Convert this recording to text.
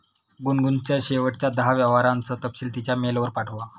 गुनगुनच्या शेवटच्या दहा व्यवहारांचा तपशील तिच्या मेलवर पाठवा